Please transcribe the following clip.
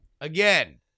Again